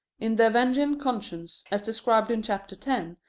in the avenging conscience, as described in chapter ten,